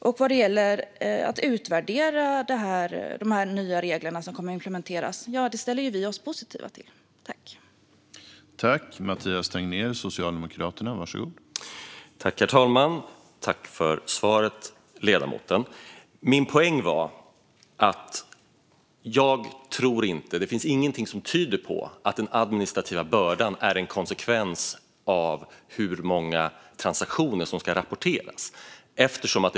När det gäller utvärdering av de nya regler som kommer att implementeras ställer vi oss positiva till det.